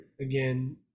again